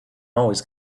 always